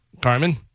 Carmen